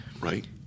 right